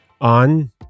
on